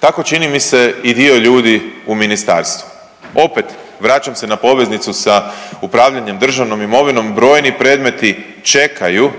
tako čini mi se i dio ljudi u ministarstvu. Opet vraćam se na poveznicu sa upravljanjem državnom imovinom, brojni predmeti čekaju